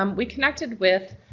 um we connected with